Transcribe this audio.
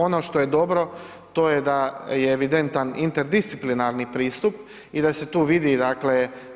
Ono što je dobro to je da je evidentan interdisciplinarni pristup i da se tu vidi